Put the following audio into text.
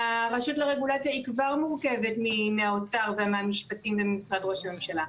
הרשות לרגולציה היא כבר מורכבת מהאוצר ומהמשפטים ומשרד ראש הממשלה.